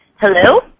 Hello